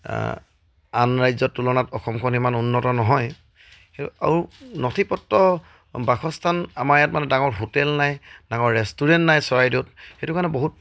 আন ৰাজ্যৰ তুলনাত অসমখন ইমান উন্নত নহয় আৰু নথি পত্ৰ বাসস্থান আমাৰ ইয়াত মানে ডাঙৰ হোটেল নাই ডাঙৰ ৰেষ্টুৰেণ্ট নাই চৰাইদেউত সেইটো কাৰণে বহুত